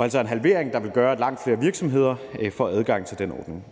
altså en halvering, der vil gøre, at langt flere virksomheder får adgang til den ordning.